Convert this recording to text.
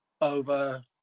over